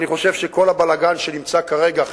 אני חושב שכל הבלגן שנמצא כרגע,